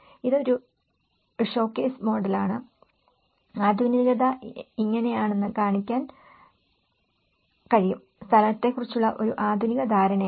ഇത് ഒരു ഷോകേസ് മോഡലാണ് ആധുനികത ഇങ്ങനെയാണെന്ന് കാണിക്കാൻ കഴിയും സ്ഥലത്തെക്കുറിച്ചുള്ള ഒരു ആധുനിക ധാരണയാണ്